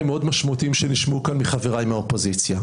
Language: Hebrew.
מאוד משמעותיים שנשמעו כאן מחבריי מהאופוזיציה.